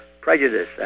prejudice